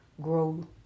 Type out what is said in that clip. Grow